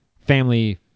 family